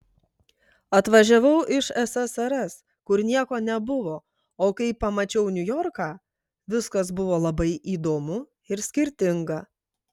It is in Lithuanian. atvažiavau iš ssrs kur nieko nebuvo o kai pamačiau niujorką viskas buvo labai įdomu ir skirtinga